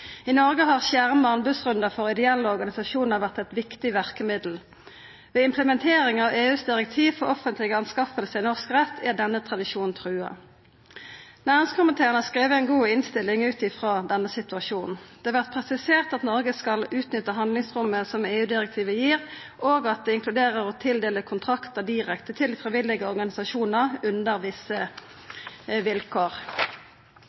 I Noreg har skjerma anbodsrundar for ideelle organisasjonar vore eit viktig verkemiddel. Ved implementering av EUs direktiv for offentlege anskaffingar i norsk rett er denne tradisjonen trua. Næringskomiteen har skrive ei god innstilling ut frå denne situasjonen. Det vert presisert at Noreg skal utnytta handlingsrommet som EU-direktivet gir, og at det inkluderer å tildela kontraktar direkte til frivillige organisasjonar under